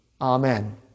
Amen